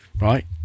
right